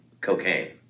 cocaine